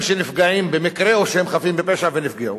שנפגעים במקרה או שהם חפים מפשע ונפגעו,